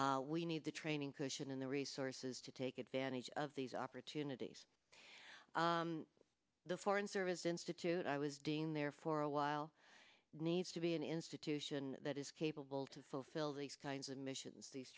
we need the training cushion and the resources to take advantage of these opportunities the foreign service institute i was doing there for a while needs to be an institution that is capable to fulfill these kinds of missions these